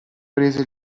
prese